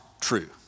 true